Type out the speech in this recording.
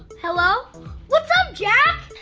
hello, what's up jack?